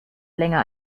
länger